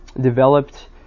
developed